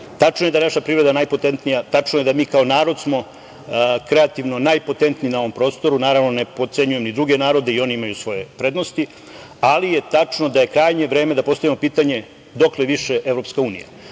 je da je naša privreda najpotentnija, tačno je da smo mi kao narod kreativno najpotentniji na ovom prostoru, naravno ne potcenjujem druge narode, i oni imaju svoje prednosti, ali je tačno da je krajnje vreme da postavimo pitanje dokle više EU, pri